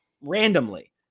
randomly